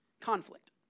conflict